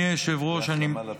והחלמה לפצועים.